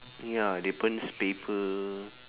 ya they burns paper